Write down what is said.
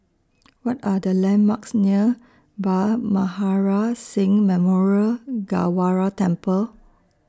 What Are The landmarks near Bhai Maharaj Singh Memorial Gurdwara Temple